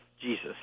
Jesus